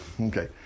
Okay